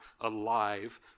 alive